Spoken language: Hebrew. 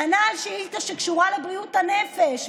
ענה על שאילתה שקשורה לבריאות הנפש,